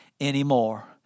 anymore